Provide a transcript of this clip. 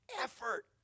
effort